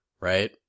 Right